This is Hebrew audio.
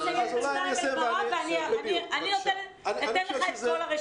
הוא יסיים בינתיים את דבריו ואני אתן לך את כל הרשימה.